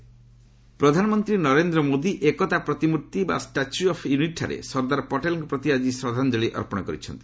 PM Sardar Patel ପ୍ରଧାନମନ୍ତ୍ରୀ ନରେନ୍ଦ୍ର ମୋଦି ଏକତା ପ୍ରତିମୂର୍ତ୍ତି ବା ଷ୍ଟାଚ୍ୟୁ ଅଫ୍ ୟୁନିଟ୍ଠାରେ ସର୍ଦ୍ଦାର ପଟେଲ୍ଙ୍କ ପ୍ରତି ଆଜି ଶ୍ରଦ୍ଧାଞ୍ଜଳି ଅର୍ପଣ କରିଛନ୍ତି